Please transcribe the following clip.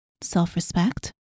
self-respect